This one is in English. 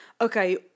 okay